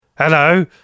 Hello